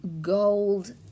gold